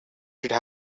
should